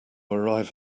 arrive